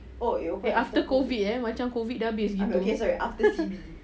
eh after COVID eh macam COVID dah habis juga